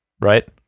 right